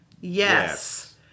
Yes